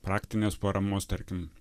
praktinės paramos tarkim